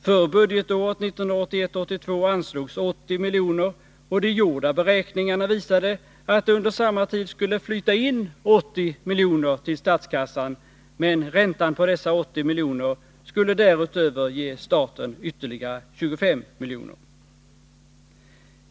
För budgetåret 1981/82 anslogs 80 milj.kr., och de gjorda beräkningarna visade att det under samma tid skulle flyta in 80 milj.kr. till statskassan, medan räntan på dessa 80 milj.kr. därutöver skulle ge staten ytterligare 25 milj.kr.